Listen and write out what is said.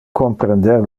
comprender